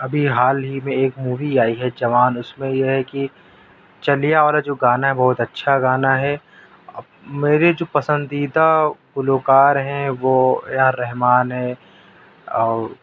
ابھی حال ہی میں ایک مووی آئی ہے جوان اس میں یہ ہے کہ چلیا والا جو گانا ہے بہت اچّھا گانا ہے میرے جو پسندیدہ گلوکار ہیں وہ اے آر رحمان ہے اور